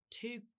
Two